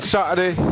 Saturday